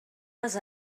les